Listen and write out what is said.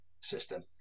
system